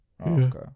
Okay